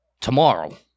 tomorrow